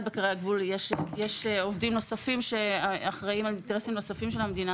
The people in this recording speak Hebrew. בקרי הגבול יש עובדים נוספים שאחראים על אינטרסים נוספים של המדינה